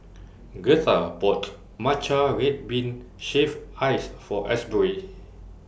Gertha bought Matcha Red Bean Shaved Ice For Asbury